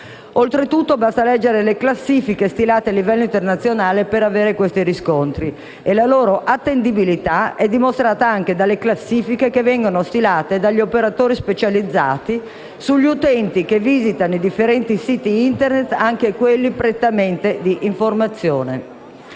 Oltretutto, basta leggere le classifiche stilate a livello internazionale per avere questi riscontri e la loro attendibilità è dimostrata anche dalle classifiche che vengono stilate dagli operatori specializzati sugli utenti che visitano i differenti siti Internet, anche quelli prettamente di informazione.